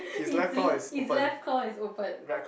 its l~ its left claw is open